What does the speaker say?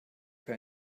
für